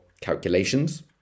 calculations